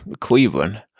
Cleveland